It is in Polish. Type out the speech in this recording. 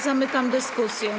Zamykam dyskusję.